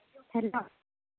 hello